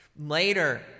Later